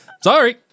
sorry